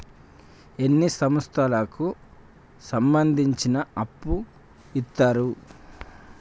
ఏ సంస్థలకు సంబంధించి అప్పు ఇత్తరు?